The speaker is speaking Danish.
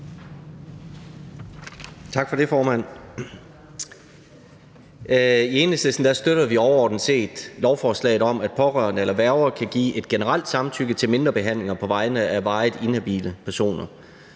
I Enhedslisten støtter vi overordnet set lovforslaget om, at pårørende eller værger kan give et generelt samtykke til mindre behandlinger på vegne af varigt inhabile personer,